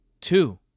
two